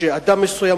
שאדם מסוים,